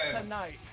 tonight